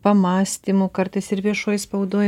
pamąstymų kartais ir viešoj spaudoj